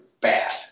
bad